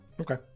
Okay